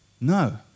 No